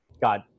got